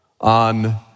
on